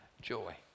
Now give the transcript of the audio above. joy